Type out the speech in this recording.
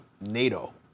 NATO